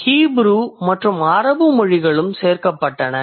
Hebrew மற்றும் அரபு மொழிகளும் சேர்க்கப்பட்டன